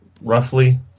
roughly